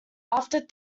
after